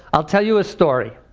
i'll tell you a story.